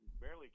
Barely